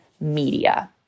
media